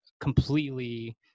completely